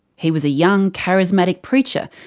he was a young, charismatic preacher,